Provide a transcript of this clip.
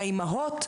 שהאימהות,